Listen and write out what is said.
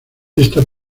esta